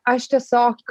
aš tiesiog